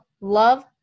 Love